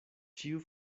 ĉiu